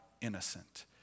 innocent